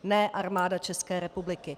Ne Armáda České republiky!